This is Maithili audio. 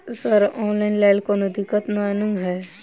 सर ऑनलाइन लैल कोनो दिक्कत न ई नै?